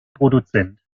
produzent